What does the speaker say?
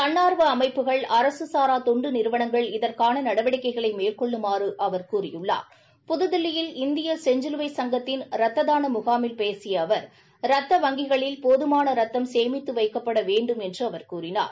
தன்னார்வ அமைப்புகள் அரசு சாரா தொண்டு நிறுவனங்கள் இதற்கான நடவடிக்கைகளை அவர் மேற்கொள்ளுமாறு புது தில்லியில் இந்திய செஞ்சிலுவை சங்கத்தின் ரத்த தான முகாமில் பேசிய அவர் ரத்த வங்கிகளில் போதுமான ரத்தம் சேமித்து வைக்கப்பட வேண்டும் என்று அவர் கூறினார்